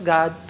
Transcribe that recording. God